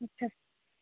अच्छा